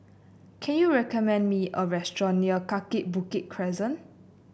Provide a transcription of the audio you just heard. can you recommend me a restaurant near Kaki Bukit Crescent